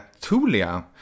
Tulia